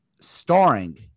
starring